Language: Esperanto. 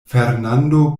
fernando